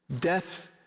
death